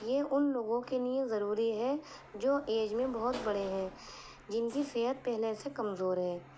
یہ ان لوگوں کے لیے ضروری ہے جو ایج میں بہت بڑے ہیں جن کی صحت پہلے سے کمزور ہے